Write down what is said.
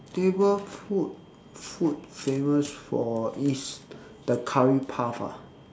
neighbourhood food famous for is the curry puff ah